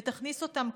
ותכניס אותם,